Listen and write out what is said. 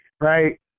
right